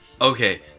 Okay